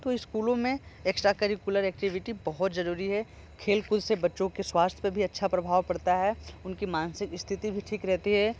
तो स्कूलों में एक्स्ट्रा करिकुलर एक्टिविटी बहुत जरूरी है खेल कूद से बच्चों के स्वास्थ पर भी अच्छा प्रभाव पड़ता है उनकी मानसिक स्तिथि भी ठीक रहती है